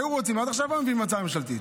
היו רוצים, עד עכשיו היו מביאים הצעה ממשלתית.